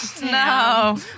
No